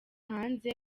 hanze